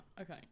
okay